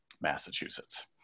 Massachusetts